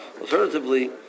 alternatively